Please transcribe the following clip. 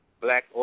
Black